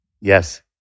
Yes